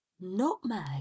Nutmeg